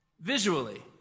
Visually